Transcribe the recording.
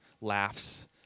laughs